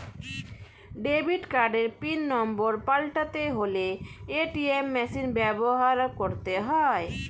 debit কার্ডের pin number পাল্টাতে হলে এ.টি.এম মেশিন ব্যবহার করতে হয়